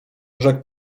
rzekł